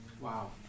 Wow